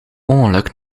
ongeluk